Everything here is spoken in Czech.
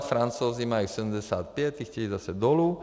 Francouzi mají 75, ti chtějí zase dolů.